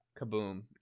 kaboom